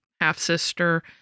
half-sister